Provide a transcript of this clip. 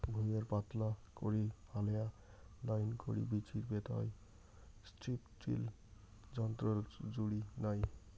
ভুঁইয়ে পাতলা করি হালেয়া লাইন করি বীচি পোতাই স্ট্রিপ টিল যন্ত্রর জুড়ি নাই